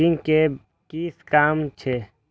Zinc के कि काम छै?